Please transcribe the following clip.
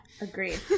agreed